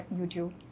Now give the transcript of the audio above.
YouTube